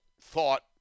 thought